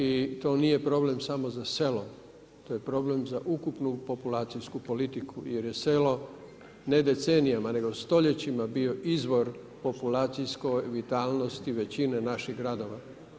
I to nije problem samo za selo, to je problem za ukupnu populacijsku politiku jer se selo ne decenijama nego stoljećima bio izvor populacijskoj vitalnosti većine naših gradova.